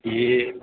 ए